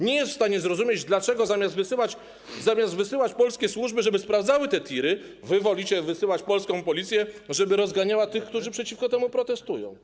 Nie jest w stanie zrozumieć, dlaczego zamiast wysyłać polskie służby, żeby sprawdzały te tiry, wy wolicie wysyłać polską policję, żeby rozganiała tych, którzy przeciwko temu protestują.